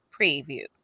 preview